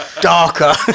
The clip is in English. Darker